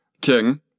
king